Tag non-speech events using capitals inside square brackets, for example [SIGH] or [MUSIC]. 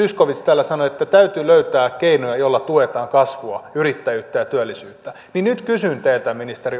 [UNINTELLIGIBLE] zyskowicz täällä sanoi että meidän täytyy löytää keinoja joilla tuetaan kasvua yrittäjyyttä ja työllisyyttä nyt kysyn teiltä ministeri